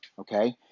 okay